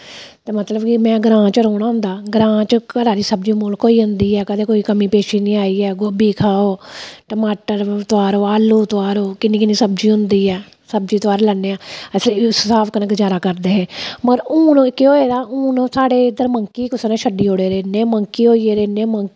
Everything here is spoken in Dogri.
ते मतलब की में ग्रां च रौह्ना होंदा ते ग्रां च घरा दी सब्जी बहोत होई जंदी ऐ कदें कोई कमी पेशी निं आई ऐ गोभी खाओ टमाटर लगाओ आलू लगाओ किन्नी भारी सब्ज़ी होंदी ऐ सब्ज़ी उतारी लैनी आं इस स्हाब कन्नै गुदडारा करदे हे पर हून केह् होये दा हा ते मंकी साढ़े इद्धर कुसै नै छड्डी ओड़े दे न इन्ने मंकी होई गेदे न इन्ने मंकी होई गेदे न की